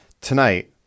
Tonight